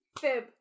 Fib